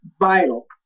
vital